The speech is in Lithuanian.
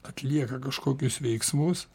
atlieka kažkokius veiksmus